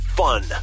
fun